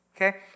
Okay